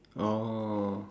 oh